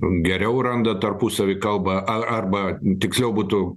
geriau randa tarpusavy kalbą a arba tiksliau būtų